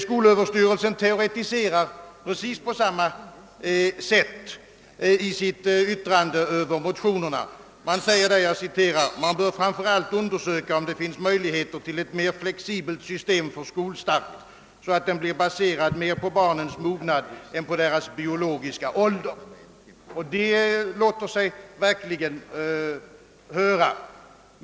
Skolöverstyrelsen teoretiserar på precis samma sätt i sitt yttrande över motionerna: »Man bör framför allt undersöka om det finns ytterligare möjligheter till ett mer flexibelt system för skolstart, så att den blir baserad mer på barnens mognad än på deras biologiska ålder.» Det låter sig verkligen höra.